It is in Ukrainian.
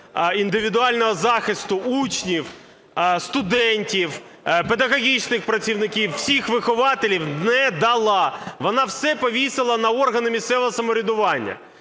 індивідуального захисту учнів, студентів, педагогічних працівників, всіх вихователів не дала. Вона все повісила на органи місцевого самоврядування.